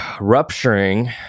rupturing